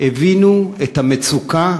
הבינו את המצוקה